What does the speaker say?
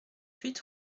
huit